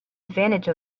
advantage